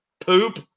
poop